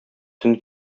төн